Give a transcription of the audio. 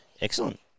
Excellent